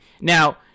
Now